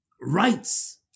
rights